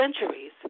centuries